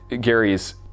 Gary's